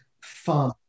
fun